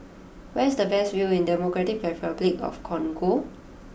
where is the best view in Democratic Republic of the Congo